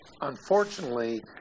unfortunately